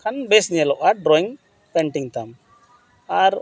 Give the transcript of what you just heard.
ᱠᱷᱟᱱ ᱵᱮᱥ ᱧᱮᱞᱚᱜᱼᱟ ᱰᱨᱚᱭᱤᱝ ᱯᱮᱱᱴᱤᱝ ᱛᱟᱢ ᱟᱨ